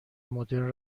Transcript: مدرن